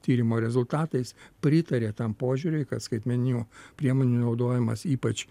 tyrimo rezultatais pritarė tam požiūriui kad skaitmeninių priemonių naudojimas ypač